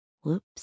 Whoops